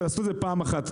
ולעשות את זה בפעם אחת,